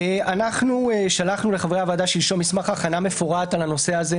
אנחנו שלחנו לחברי הוועדה שלשום מסמך הכנה מפורט על הנושא הזה.